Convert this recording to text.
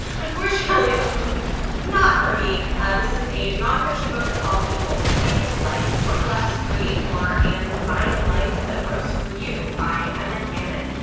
unfortunately this was not for me ah this is a nonfiction book, it's called the multi-hyphen life work less, create more, and design a life that works for you by emma gannon.